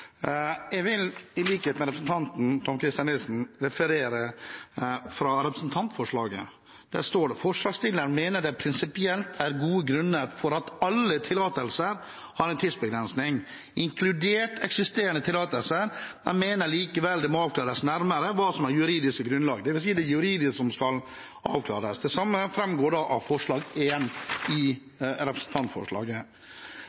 Jeg vil i likhet med representanten Tom-Christer Nilsen referere fra representantforslaget. Der står det: «Forslagsstillerne mener det prinsipielt er gode grunner for at alle tillatelser har en tidsavgrensning, inkludert eksisterende tillatelser, men mener allikevel det må avklares nærmere hva som er det juridiske grunnlaget Det vil si at det er det juridiske som skal avklares. Det samme framgår av punkt 1 i representantforslaget. Når det gjelder ressurser som